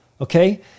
Okay